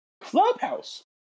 Clubhouse